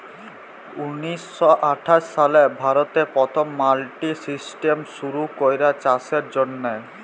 উনিশ শ আঠাশ সালে ভারতে পথম মাল্ডি সিস্টেম শুরু ক্যরা চাষের জ্যনহে